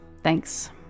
Thanks